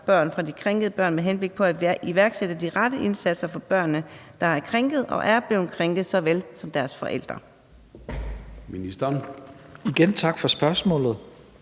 børn, fra de krænkede børn med henblik på at iværksætte de rette indsatser for børnene, der har krænket og er blevet krænket, såvel som deres forældre?